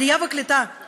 עלייה וקליטה,